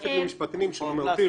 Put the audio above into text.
תיכף המשפטנים יגידו מהותי,